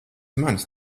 manis